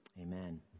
Amen